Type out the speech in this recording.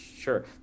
sure